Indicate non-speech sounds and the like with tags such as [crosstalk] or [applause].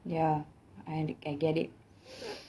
ya I I get it [breath]